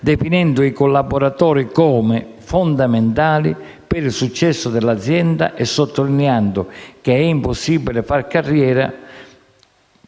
definendo i collaboratori come fondamentali per il successo dell'azienda e sottolineando che è impossibile far carriera